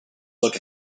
look